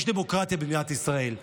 יש דמוקרטיה במדינת ישראל,